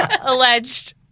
alleged